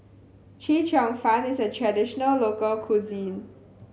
Chee Cheong Fun is a traditional local cuisine